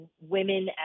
women